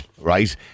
right